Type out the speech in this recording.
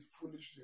foolishness